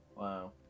Wow